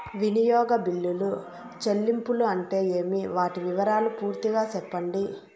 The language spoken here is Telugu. వినియోగ బిల్లుల చెల్లింపులు అంటే ఏమి? వాటి వివరాలు పూర్తిగా సెప్పండి?